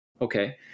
Okay